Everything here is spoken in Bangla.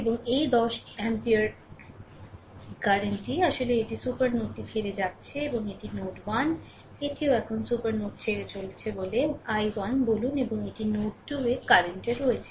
এবং এই 10 অ্যাম্পিয়ার কারেন্টটি আসলে এটি সুপার নোডটি ছেড়ে যাচ্ছে এবং এটি নোড 1 এটিও এখন সুপার নোড ছেড়ে চলেছে বলে i 1 বলুন এবং এটি নোড 2 এ কারেন্ট রয়েছে